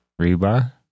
Rebar